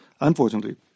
Unfortunately